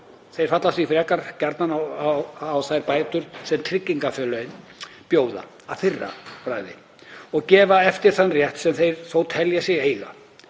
Þeir fallast því gjarnan frekar á þær bætur sem tryggingafélög bjóða að fyrra bragði og gefa eftir þann rétt sem þeir þó telja sig eiga.